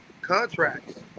contracts